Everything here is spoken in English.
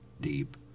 deep